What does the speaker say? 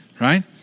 right